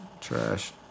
trash